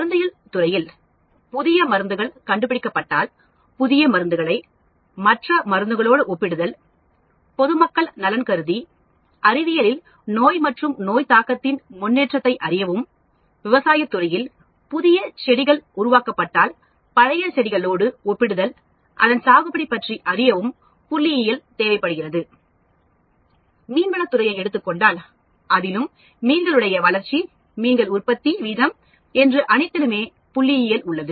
மருந்தியல் துறையில் புதிய மருந்துகள் கண்டுபிடிக்கப்பட்டால் புதிய மருந்துகளை மற்ற மருந்துகளோடு ஒப்பிடுதல் பொதுமக்கள் நலன் அறிவியலில் நோய் மற்றும் நோய் தாக்கத்தின் முன்னேற்றத்தை அறியவும் விவசாயத்துறையில் புதிய செடிகள் உருவாக்கப்பட்டால் பழைய செடிகளோடு ஒப்பிடுதல் அதன் சாகுபடி பற்றி அறியவும் புள்ளியல் தேவைப்படுகிறது மீன்வளத் துறையை எடுத்துக் கொண்டாலும் அதிலும் மீன்கள் உடைய வளர்ச்சி மீன்கள் உற்பத்தி வீதம் என்று அனைத்திலுமே புள்ளியியல் உள்ளது